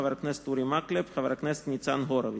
חבר הכנסת אורי מקלב וחבר הכנסת ניצן הורוביץ.